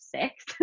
six